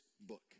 book